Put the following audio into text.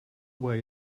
way